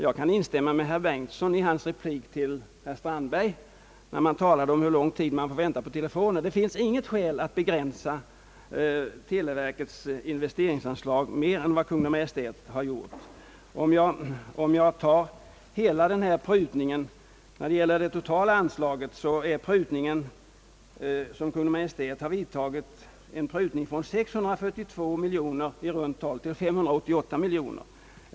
Jag kan instämma i herr Bengtsons replik till herr Strandberg — när det talades om hur lång tid vi fick vänta på telefoner — att det inte finns något skäl att begränsa televerkets investeringsanslag mer än vad Kungl. Maj:t gjort. Kungl. Maj:t har gjort en prutning av det totala anslaget från i runt tal 642 miljoner till 588 miljoner kronor.